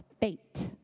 fate